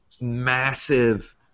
massive